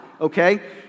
okay